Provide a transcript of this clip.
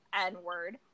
N-word